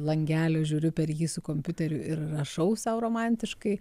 langelio žiūriu per jį su kompiuteriu ir rašau sau romantiškai